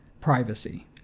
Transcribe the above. privacy